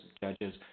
judges